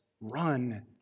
run